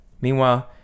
Meanwhile